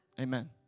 Amen